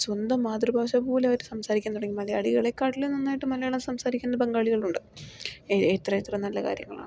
സ്വന്തം മാതൃഭാഷപോലെ അവർ സംസാരിക്കാൻ തുടങ്ങി മലയാളികളേക്കാളും നന്നായിട്ട് മലയാളം സംസാരിക്കുന്ന ബംഗാളികൾ ഉണ്ട് എത്ര എത്ര നല്ല കാര്യങ്ങളാണതൊക്കെ